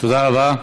תודה רבה.